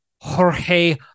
Jorge